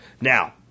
Now